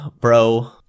bro